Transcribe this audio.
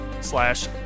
slash